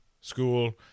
school